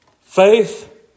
Faith